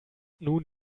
nun